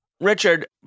Richard